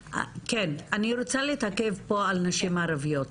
אני רוצה להתעכב פה על נשים ערביות.